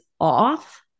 off